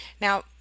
Now